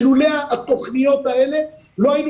שאם לא היו התוכניות האלו לא היינו